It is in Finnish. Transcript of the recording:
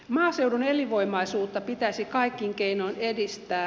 maaseudun elinvoimaisuutta pitäisi kaikin keinoin edistää